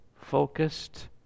focused